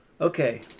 Okay